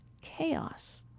chaos